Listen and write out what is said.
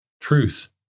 Truth